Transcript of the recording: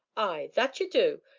ay that ye du,